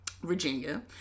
Virginia